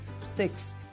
Six